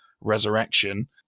resurrection